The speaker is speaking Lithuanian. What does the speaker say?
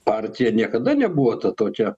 partija niekada nebuvo ta tokia